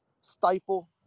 stifle